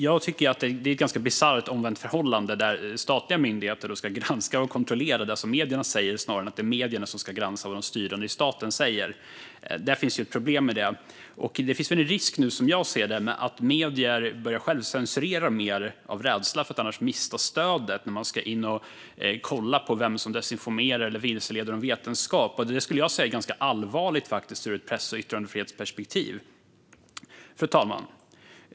Jag tycker att det är ett ganska bisarrt omvänt förhållande att statliga myndigheter ska granska och kontrollera det som medierna säger snarare än att medierna ska granska vad de styrande i staten säger. Det finns ett problem med det. Det finns en risk nu, som jag ser det, att medier börjar självcensurera mer av rädsla för att annars mista stödet när man ska in och kolla på vem som desinformerar eller vilseleder om vetenskap. Det skulle jag säga är ganska allvarligt ur ett press och yttrandefrihetsperspektiv. Fru talman!